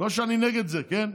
לא שאני נגד זה, כן,